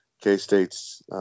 K-State's